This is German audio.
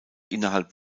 innerhalb